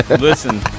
Listen